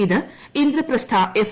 ഇത് ഇന്ദ്രപ്രസ്ഥ എഫ്